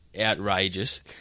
outrageous